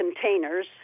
containers